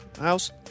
house